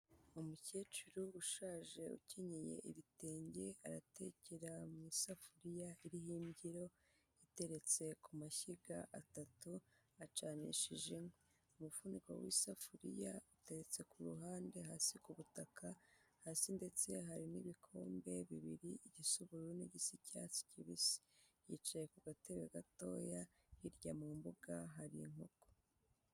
Umukecuru ushaje ukenyeye ibitenge aratekera mu isafuriya iriho imbyiro iteretse ku mashyiga atatu acanishije inkwi. Umufuniko w'isafuriya uteretse ku ruhande hasi ku butaka hasi ndetse hari n'ibikombe bibiri, igisorori gisa icyatsi kibisi. Yicaye ku gatebe gatoya hirya mu mbuga hari inkoko.